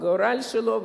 הגורל שלו.